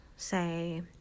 Say